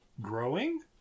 growing